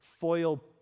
foil